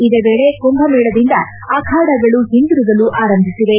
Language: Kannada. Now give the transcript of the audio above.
ಇದೇ ವೇಳೆ ಕುಂಭಮೇಳದಿಂದ ಆಖಾಡಗಳು ಹಿಂದಿರುಗಲು ಆರಂಭಿಸಿವೆ